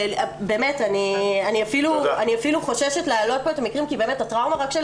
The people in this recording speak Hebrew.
אני אפילו חוששת מלהעלות פה את המקרים כי הטראומה רק של